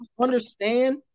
understand